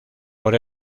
por